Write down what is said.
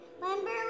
Remember